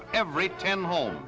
of every ten home